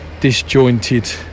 disjointed